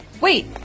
wait